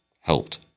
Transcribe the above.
helped